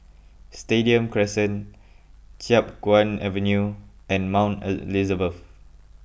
Stadium Crescent Chiap Guan Avenue and Mount Elizabeth